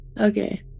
Okay